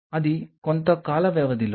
అది కొంత కాల వ్యవధిలో